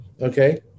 okay